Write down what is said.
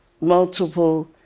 multiple